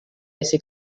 ese